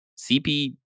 CP